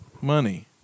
money